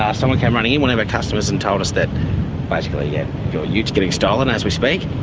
ah someone came running in, one of our customers, and told us that basically your ute is getting stolen as we speak,